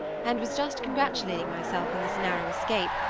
and was just congratulating myself on this narrow escape,